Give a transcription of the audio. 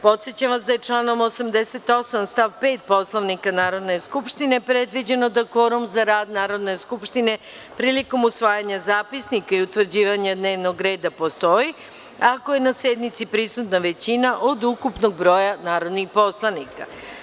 Podsećam vas da je članom 88. stav 5. Poslovnika Narodne skupštine predviđeno da kvorum za rad Narodne skupštine prilikom usvajanja zapisnika i utvrđivanja dnevnog reda postoji ako je na sednici prisutna većina od ukupnog broja narodnih poslanika.